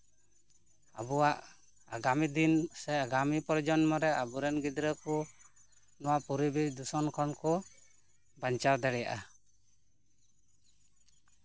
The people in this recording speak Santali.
ᱟᱵᱚᱣᱟᱜ ᱟᱜᱟᱢᱤ ᱫᱤᱱ ᱥᱮ ᱟᱜᱟᱢᱤ ᱯᱨᱚᱡᱚᱱᱢᱚ ᱨᱮ ᱟᱵᱚᱨᱮᱱ ᱜᱤᱫᱽᱨᱟᱹ ᱠᱚ ᱱᱚᱣᱟ ᱯᱚᱨᱤᱵᱮᱥ ᱫᱩᱥᱚᱱ ᱠᱷᱚᱱ ᱠᱚ ᱵᱟᱧᱪᱟᱣ ᱫᱟᱲᱮᱭᱟᱜᱼᱟ